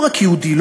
לא רק יהודי,